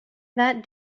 that